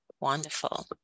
Wonderful